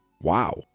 Wow